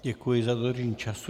Děkuji za dodržení času.